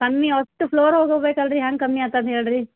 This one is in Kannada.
ಕಮ್ಮಿ ಅಷ್ಟು ಫ್ಲೋರ್ ಹೋಗಿ ಹೋಗ್ಬೇಕಲ್ಲ ರೀ ಹೆಂಗ್ ಕಮ್ಮಿ ಆಗ್ತದ್ ಹೇಳಿರಿ